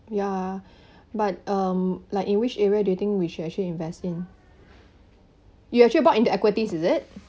ya but um like in which area do you think we should actually invest in you actually bought into equities is it